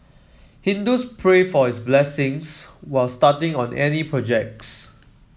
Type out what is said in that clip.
Hindus pray for his blessings was starting on any projects